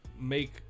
make